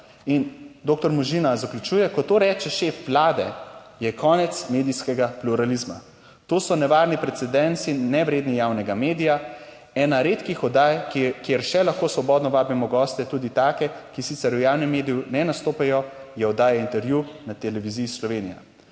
in doktor Možina zaključuje, "Ko to reče šef Vlade, je konec medijskega pluralizma. To so nevarni precedensi, nevredni javnega medija. Ena redkih oddaj, kjer še lahko svobodno vabimo goste, tudi take, ki sicer v javnem mediju ne nastopajo, je oddaja Intervju na Televiziji Slovenija.